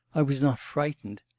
i was not frightened.